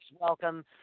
welcome